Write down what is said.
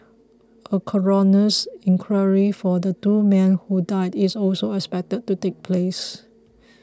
a coroner's inquiry for the two men who died is also expected to take place